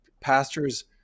pastor's